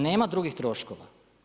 Nema drugih troškova.